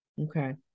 Okay